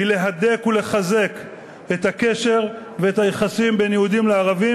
היא להדק ולחזק את הקשר ואת היחסים בין יהודים לערבים,